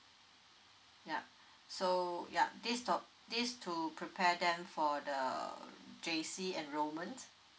ya so ya this do~ this to prepare them for the J_C enrolment